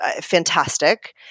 fantastic